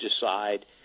decide